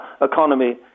economy